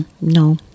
No